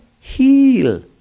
heal